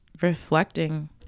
reflecting